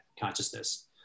consciousness